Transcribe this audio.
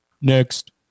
next